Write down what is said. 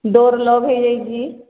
door lock ହୋଇଯାଇଛି